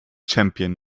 champion